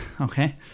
Okay